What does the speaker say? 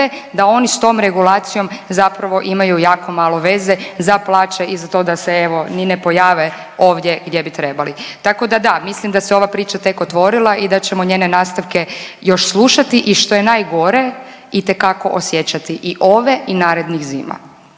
da oni s tom regulacijom zapravo imaju jako malo veze za plaće i za to da se evo ni ne pojave ovdje gdje bi trebali. Tako da da, mislim da se ova priča tek otvorila i da ćemo njene nastavke još slušati i što je najgore itekako osjećati i ove i narednih zima.